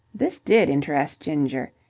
this did interest ginger.